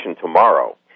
tomorrow